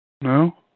No